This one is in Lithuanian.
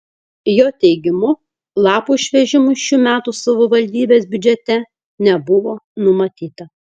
jo teigimu lapų išvežimui šių metų savivaldybės biudžete nebuvo numatyta